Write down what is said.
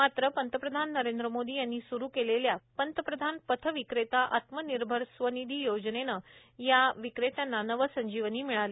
मात्र पंतप्रधान नरेंद्र मोदी यांनी सुरु केलेल्या पंतप्रधान पथ विक्रेता आत्मनिर्भर स्वनिधी योजनेनं या पथविक्रेत्यांना नवसंजीवनी दिली